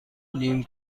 نیم